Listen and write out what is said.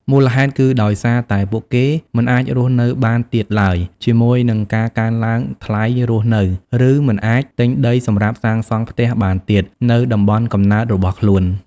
មូលហេតុគឺដោយសារតែពួកគេ មិនអាចរស់នៅបានទៀតឡើយជាមួយនឹងការកើនឡើងថ្លៃរស់នៅ ឬ មិនអាចទិញដីសម្រាប់សាងសង់ផ្ទះបានទៀត នៅតំបន់កំណើតរបស់ខ្លួន។